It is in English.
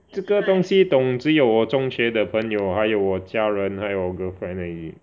这个东西懂只有我中学的朋友还有我家人还有我 girlfriend 而已